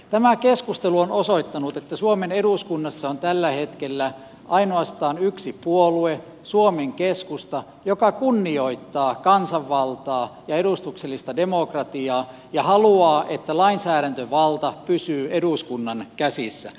tämä keskustelu on osoittanut että suomen eduskunnassa on tällä hetkellä ainoastaan yksi puolue suomen keskusta joka kunnioittaa kansanvaltaa ja edustuksellista demokratiaa ja haluaa että lainsäädäntövalta pysyy eduskunnan käsissä